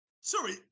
sorry